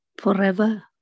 forever